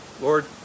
Lord